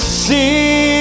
see